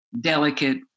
delicate